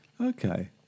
Okay